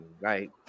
right